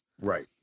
Right